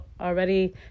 Already